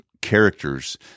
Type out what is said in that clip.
characters